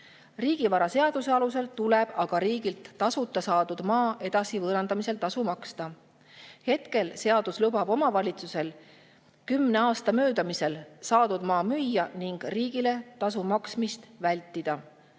Riigivaraseaduse alusel tuleb aga riigilt tasuta saadud maa edasivõõrandamisel tasu maksta. Hetkel lubab seadus omavalitsusel kümne aasta möödumisel saadud maad müüa ning riigile tasu maksmist vältida.